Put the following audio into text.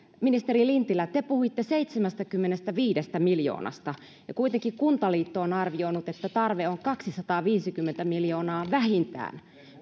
ministeri lintilä te te puhuitte seitsemästäkymmenestäviidestä miljoonasta ja kuitenkin kuntaliitto on arvioinut että tarve on kaksisataaviisikymmentä miljoonaa vähintään